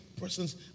persons